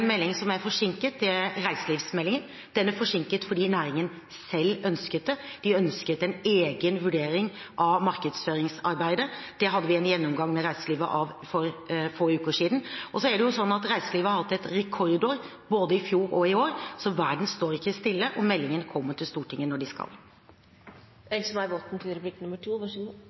melding som er forsinket, det er reiselivsmeldingen. Den er forsinket fordi næringen selv ønsket det. De ønsket en egen vurdering av markedsføringsarbeidet. Det hadde vi en gjennomgang av med reiselivet for få uker siden. Så er det sånn at reiselivet har hatt rekordår, både i fjor og i år, så verden står ikke stille, og meldingene kommer til Stortinget når de